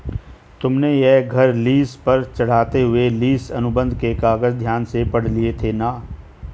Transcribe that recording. तुमने यह घर लीस पर चढ़ाते हुए लीस अनुबंध के कागज ध्यान से पढ़ लिए थे ना?